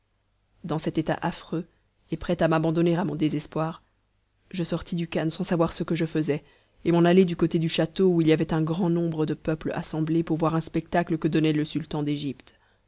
dans cet état affreux et prêt à m'abandonner à mon désespoir je sortis du khan sans savoir ce que je faisais et m'en allai du côté du château où il y avait un grand nombre de peuple assemblé pour voir un spectacle que donnait le sultan d'égypte